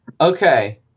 okay